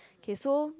okay so